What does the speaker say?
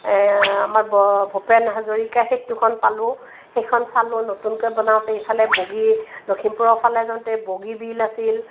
এই আমাৰ ভূপেন হাজৰিকা সেতুখন পালোঁ সেইখন চালোঁ নতুনকৈ বনাওঁতে ইফালে বগী লখিমপুৰৰ ফালে যাওঁতে বগীবিল আছিল